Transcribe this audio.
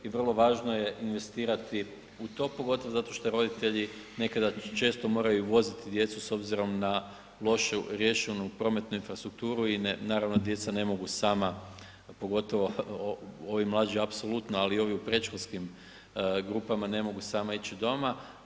I vrlo važno je investirati u to pogotovo zato što roditelji nekada često moraju voziti djecu s obzirom na lošu riješenu prometnu infrastrukturu i naravno djeca ne mogu sama pogotovo ovi mlađi apsolutno ali i ovi u predškolskim grupama ne mogu sama ići doma.